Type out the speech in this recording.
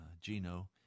Gino